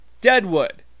Deadwood